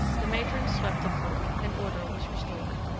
the matrons swept the floor, and order was restored.